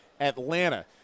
Atlanta